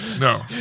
No